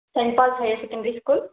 centaur higher secondary school